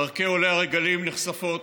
דרכי עולי הרגלים נחשפות,